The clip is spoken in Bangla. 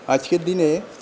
আজকের দিনে